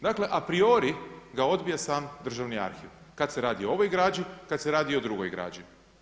Dakle, apriori ga odbija sam Državni arhiv, kad se radi o ovoj građi kad se radi o drugoj građi.